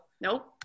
Nope